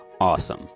awesome